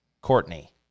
Courtney